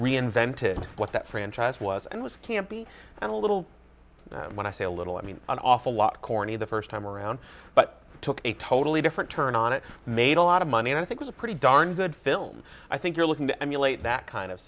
reinvented what that franchise was and was campy and a little when i say a little i mean an awful lot corny the first time around but took a totally different turn on it made a lot of money and i think was a pretty darn good film i think you're looking to emulate that kind of